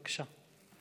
בבקשה.